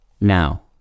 Now